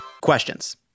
Questions